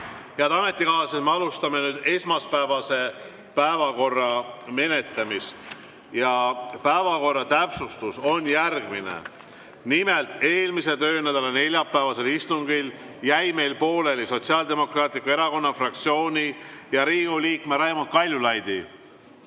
Head ametikaaslased, me alustame nüüd esmaspäevase päevakorra menetlemist. Päevakorra täpsustus on järgmine. Eelmise töönädala neljapäevasel istungil jäi meil pooleli Sotsiaaldemokraatliku Erakonna fraktsiooni ja Riigikogu liikme Raimond Kaljulaidi